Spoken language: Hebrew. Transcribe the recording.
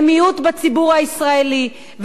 הם מיעוט בציבור הישראלי,